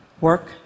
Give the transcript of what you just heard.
Work